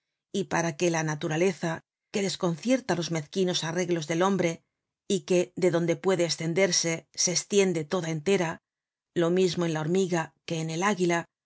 y para que la naturaleza que desconcierta los mezquinos arreglos del hombre y que donde puede estenderse se estiende toda entera lo mismo en la hormiga que en el águila